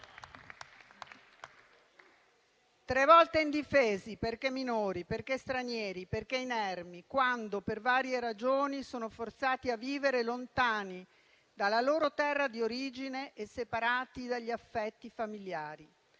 Tre volte indifesi perché minori, perché stranieri, perché inermi, quando, per varie ragioni, sono forzati a vivere lontani dalla loro terra di origine e separati dagli affetti familiari.